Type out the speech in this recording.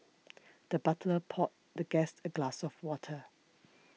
the butler poured the guest a glass of water